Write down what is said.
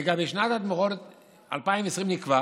לגבי שנת התמיכות 2020, נקבע